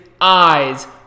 eyes